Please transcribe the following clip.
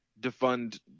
defund